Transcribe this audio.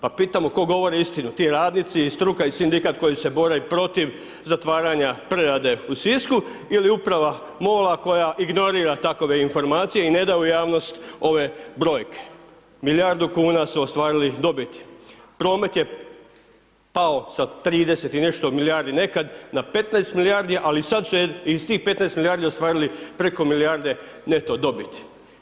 Pa pitamo tko govori istinu, ti radnici i struka, i sindikat koji se bore protiv zatvaranja prerade u Sisku ili uprava MOL-a koja ignorira takove informacije i ne da u javnost ove brojke, milijardu kuna su ostvarili dobiti, promet je pao sa 30 i nešto milijardi nekad na 15 milijardi, ali sad su je, iz tih 15 ostvarili preko milijarde neto dobiti.